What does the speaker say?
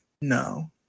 No